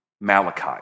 Malachi